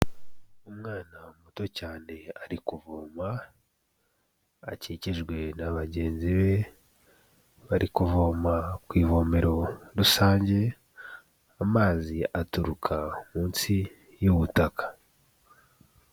Umwana muto cyane ari kuvoma akikijwe na bagenzi be bari kuvoma ku ivomero rusange amazi aturuka munsi y'ubutaka.